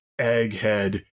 Egghead